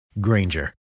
Granger